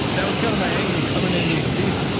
that was kind of my angle coming into the season.